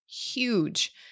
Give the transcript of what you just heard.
huge